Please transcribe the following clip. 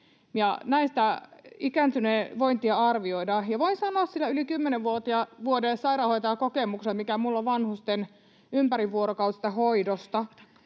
näistä ikääntyneen vointia arvioidaan. Ja voin sanoa sillä yli kymmenen vuoden sairaanhoitajan kokemuksella, mikä minulla on vanhusten ympärivuorokautisesta hoidosta,